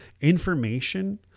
information